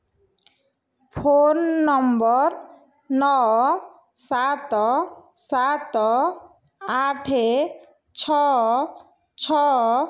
phone number ନଅ ସାତ ସାତ ଆଠ ଛଅ ଛଅ